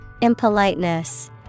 Impoliteness